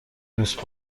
دوست